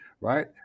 right